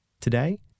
Today